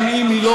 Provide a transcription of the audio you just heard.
אז, אני אסיים.